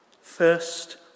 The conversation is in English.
First